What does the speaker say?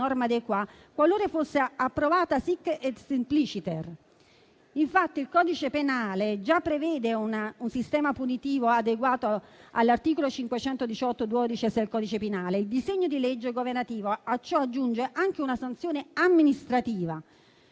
qualora fosse approvata *sic et simpliciter*. Infatti, il codice penale già prevede un sistema punitivo adeguato, all'articolo 518-*duodecies* del codice penale. Il disegno di legge governativo a ciò aggiunge anche una sanzione amministrativa.